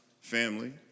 family